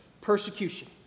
persecution